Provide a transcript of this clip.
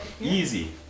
Easy